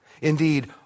Indeed